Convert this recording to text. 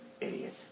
Idiot